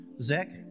Zach